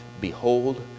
behold